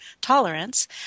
tolerance